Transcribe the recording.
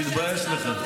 תתבייש לך.